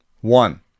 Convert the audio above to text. One